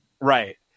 Right